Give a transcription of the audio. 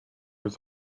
was